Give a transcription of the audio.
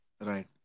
Right